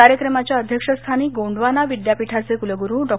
कार्यक्रमाच्या अध्यक्षस्थानी गोंडवाना विद्यापीठाचे कुलगुरु डॉ